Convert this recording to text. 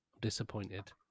Disappointed